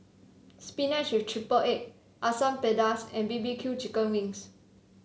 spinach with triple egg Asam Pedas and B B Q Chicken Wings